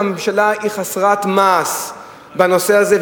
הממשלה היא חסרת מעש בנושא הזה,